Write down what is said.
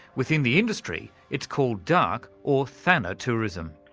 within the industry it's called dark or thanatourism.